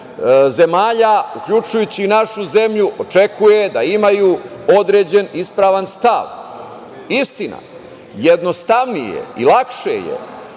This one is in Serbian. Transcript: zemalja, uključujući i našu zemlju, očekuje da imaju određen ispravan stav? Istina, jednostavnije je i lakše je